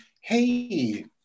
hey